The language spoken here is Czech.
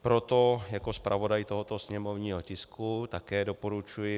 Proto jako zpravodaj tohoto sněmovního tisku také doporučuji